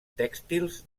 tèxtils